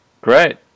Great